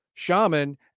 shaman